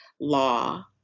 law